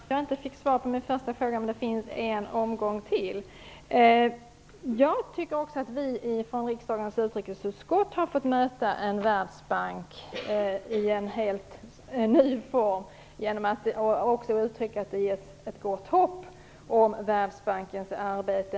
Fru talman! Jag fick inte svar på min första fråga, men det finns en chans till. Jag tycker också att vi i riksdagens utrikesutskott har fått möta en Världsbank i en helt ny form. Det ger oss ett gott hopp om Världsbankens arbete.